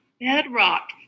bedrock